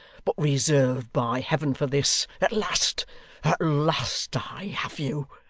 but reserved by heaven for this at last at last i have you.